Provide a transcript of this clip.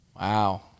Wow